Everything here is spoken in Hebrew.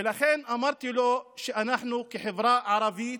ולכן אמרתי לו שאנחנו כחברה ערבית